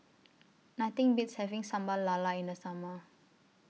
Nothing Beats having Sambal Lala in The Summer